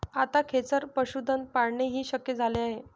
आता खेचर पशुधन पाळणेही शक्य झाले आहे